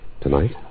Tonight